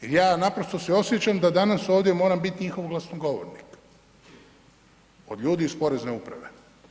Jer ja naprosto se osjećam da danas ovdje moram biti njihov glasnogovornik, od ljudi iz Porezne uprave.